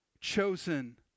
chosen